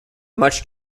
much